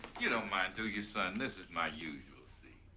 you don't mind, do you, son? this is my usual seat.